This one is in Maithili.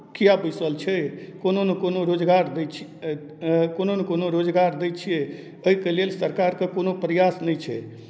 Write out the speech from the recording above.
किए बैसल छै कोनो नहि कोनो रोजगार दै छै कोनो नहि कोनो रोजगार दै छियै एहिके लेल सरकारके कोनो प्रयास नहि छै